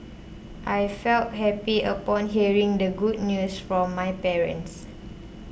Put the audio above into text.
I felt happy upon hearing the good news from my parents